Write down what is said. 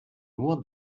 nur